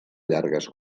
llargues